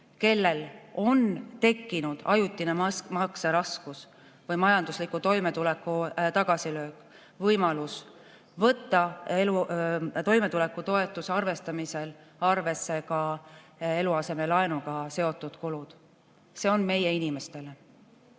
kellel on tekkinud ajutine makseraskus või majandusliku toimetuleku tagasilöök, võimalus võtta toimetulekutoetuse arvestamisel arvesse ka eluasemelaenuga seotud kulud. See on meie inimestele.